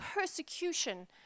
persecution